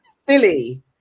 silly